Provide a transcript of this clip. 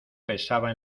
pesaba